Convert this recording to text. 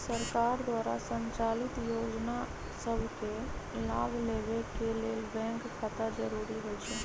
सरकार द्वारा संचालित जोजना सभके लाभ लेबेके के लेल बैंक खता जरूरी होइ छइ